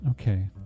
Okay